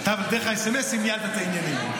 אתה דרך הסמ"סים ניהלת את העניינים.